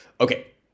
Okay